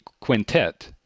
Quintet